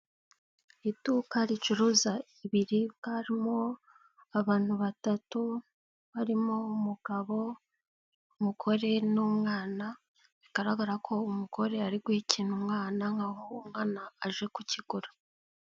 Iduka ricuruza ibiribwa, harimo abantu batatu barimo umugabo, umugore n'umwana, bigaragara ko umugore ari guha ikintu umwana nk'aho umwana aje kukigura.